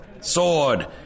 sword